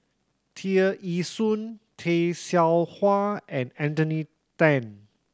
Tear Ee Soon Tay Seow Huah and Anthony Then